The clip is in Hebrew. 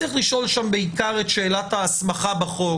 צריך לשאול שם בעיקר את שאלת ההסמכה בחוק.